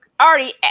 already